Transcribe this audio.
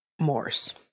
Morse